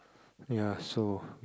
ya so